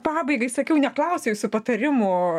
pabaigai sakiau neklausiu jūsų patarimų